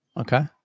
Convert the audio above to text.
okay